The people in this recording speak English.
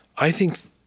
i think